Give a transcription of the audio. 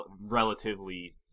relatively